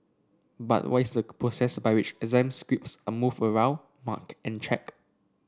but what is the process by which exam scripts are moved around marked and checked